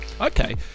okay